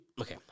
Okay